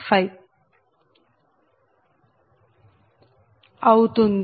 4916 అవుతుంది